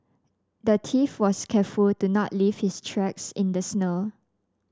the thief was careful to not leave his tracks in the snow